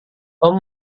tom